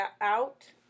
out